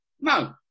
No